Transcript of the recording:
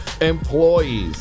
Employees